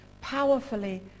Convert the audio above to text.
powerfully